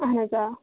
اَہَن حظ آ